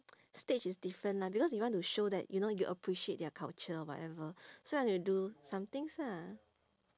stage is different lah because you want to show that you know you appreciate their culture or whatever so you have to do some things lah